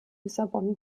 lissabon